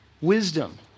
wisdom